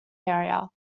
area